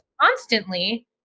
constantly